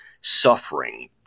suffering